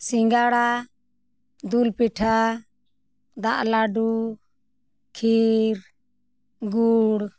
ᱥᱤᱸᱜᱟᱹᱲᱟ ᱫᱩᱞ ᱯᱤᱴᱷᱟᱹ ᱫᱟᱜ ᱞᱟᱹᱰᱩ ᱠᱷᱤᱨ ᱜᱩᱲ